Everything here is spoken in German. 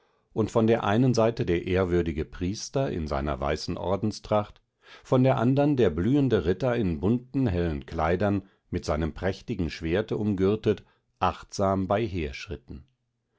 und von einer seite der ehrwürdige priester in seiner weißen ordenstracht von der anderen der blühende ritter in bunten hellen kleidern mit seinem prächtigen schwerte umgürtet achtsam beiher